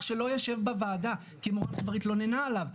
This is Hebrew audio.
שלא ישב בוועדה כי מורן כבר התלוננה עליו,